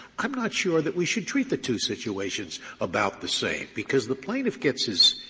i'm not sure that we should treat the two situations about the same, because the plaintiff gets his